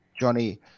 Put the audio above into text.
Johnny